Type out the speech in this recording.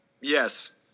Yes